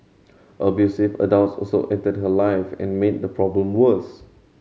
abusive adults also entered her life and made the problem worse